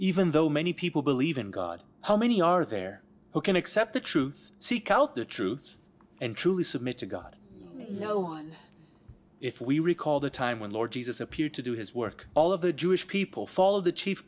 even though many people believe in god how many are there who can accept the truth seek out the truth and truly submit to god if we recall the time when lord jesus appeared to do his work all of the jewish people follow the chief